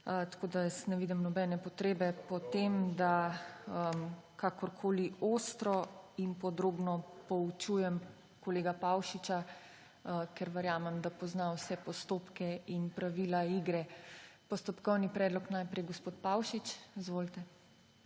Tako da jaz ne vidim nobene potrebe po tem, da kakorkoli ostro in podrobno poučujem kolega Pavšiča, ker verjamem, da pozna vse postopke in pravila igre. Postopkovni predlog najprej gospod Pavšič. Izvolite.